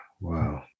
Wow